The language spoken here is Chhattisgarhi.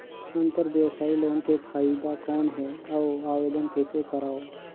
अंतरव्यवसायी लोन के फाइदा कौन हे? अउ आवेदन कइसे करव?